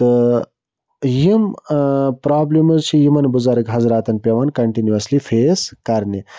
تہٕ یِم پرٛابلِمٕز چھِ یِمَن بُزَرگ حضراتَن پٮ۪وان کَنٹِنیوٗسلی فیس کَرنہِ